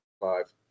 five